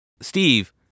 Steve